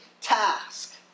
task